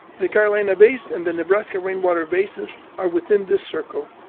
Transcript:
the carolina bays and the nebraska rainwater basins are within this circle.